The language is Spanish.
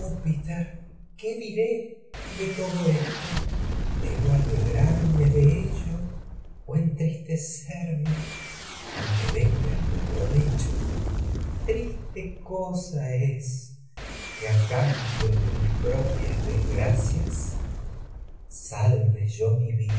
júpiter qué diré de todo esto clitemnestra debo alegrarme de ello o entristecerme aunque venga en mi provecho triste cosa es que a cambio de mis pro pias desgracias salve yo mi vida